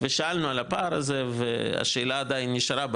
ושאלנו על הפער הזה והשאלה עדיין נשארה באוויר,